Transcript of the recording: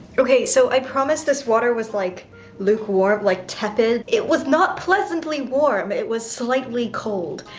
okay, so i promise this water was like lukewarm, like tepid. it was not pleasantly warm. it was slightly cold,